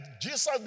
jesus